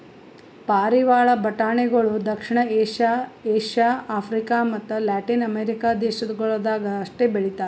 ಪಾರಿವಾಳ ಬಟಾಣಿಗೊಳ್ ದಕ್ಷಿಣ ಏಷ್ಯಾ, ಏಷ್ಯಾ, ಆಫ್ರಿಕ ಮತ್ತ ಲ್ಯಾಟಿನ್ ಅಮೆರಿಕ ದೇಶಗೊಳ್ದಾಗ್ ಅಷ್ಟೆ ಬೆಳಿತಾರ್